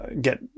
get